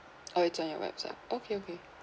oh it's on your website okay okay